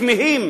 כמהים